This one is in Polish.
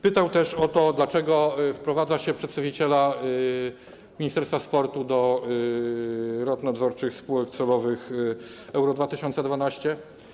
Pytał też o to, dlaczego wprowadza się przedstawiciela Ministerstwa Sportu do rad nadzorczych spółek celowych Euro 2012.